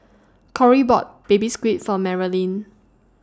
Corry bought Baby Squid For Marilyn